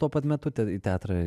tuo pat metu į teatrą